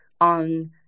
on